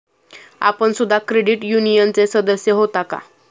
आपण सुद्धा क्रेडिट युनियनचे सदस्य होता का?